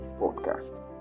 Podcast